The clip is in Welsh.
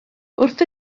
wrth